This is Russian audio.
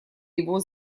его